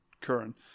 current